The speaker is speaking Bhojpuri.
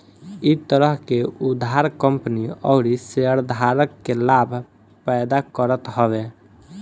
इ तरह के उधार कंपनी अउरी शेयरधारक के लाभ पैदा करत हवे